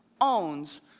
owns